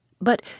But